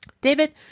David